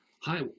hi